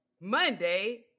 Monday